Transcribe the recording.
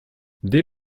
dès